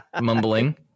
mumbling